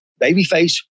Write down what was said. babyface